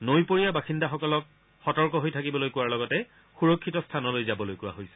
নৈপৰীয়া বাসিন্দাসকলক সতৰ্ক হৈ থাকিবলৈ কোৱাৰ লগতে সুৰক্ষিত স্থানলৈ যাবলৈ কোৱা হৈছে